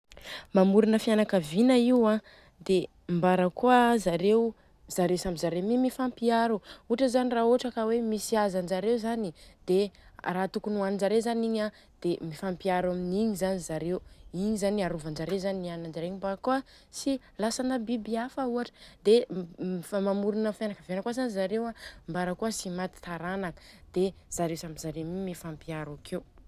Mamorona fianakaviana io a dia mbarakoa zareo zareo samby zareo mifampiaro. Ohatra zany raha ohatra ka hoe misy hajanjareo zany dia raha tokony hoaninjareo zany igny an dia mifampiaro aminigny zany zareo. Iny zany arovanjareo zany haninanjareo igny mba kôa tsy lasana biby afa ohatra. Dia mamorona fianakaviana kôa zany zareo a, mbarakôa tsy maty taranaka, dia zareo samby zareo mi mifampiaro akeo.